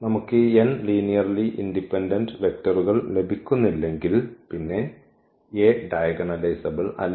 നമുക്ക് ഈ n linearly independent വെക്ടറുകൾ ലഭിക്കുന്നില്ലെങ്കിൽ പിന്നെ A ഡയഗണലൈസബ്ൾ അല്ല